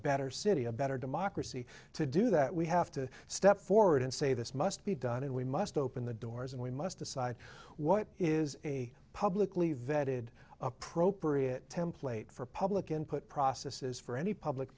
better city a better democracy to do that we have to step forward and say this must be done and we must open the doors and we must decide what is a publicly vetted appropriate template for public input processes for any public